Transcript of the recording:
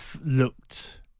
looked